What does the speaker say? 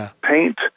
paint